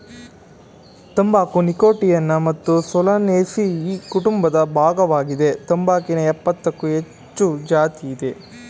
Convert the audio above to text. ತಂಬಾಕು ನೀಕೋಟಿಯಾನಾ ಮತ್ತು ಸೊಲನೇಸಿಯಿ ಕುಟುಂಬದ ಭಾಗ್ವಾಗಿದೆ ತಂಬಾಕಿನ ಯಪ್ಪತ್ತಕ್ಕೂ ಹೆಚ್ಚು ಜಾತಿಅಯ್ತೆ